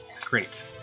Great